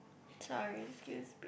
sorry excuse me